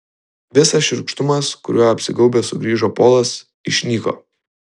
visas šiurkštumas kuriuo apsigaubęs sugrįžo polas išnyko